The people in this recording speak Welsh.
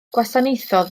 gwasanaethodd